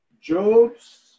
Job's